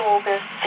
August